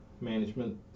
management